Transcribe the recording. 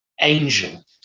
angel